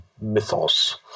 mythos